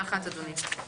אדוני,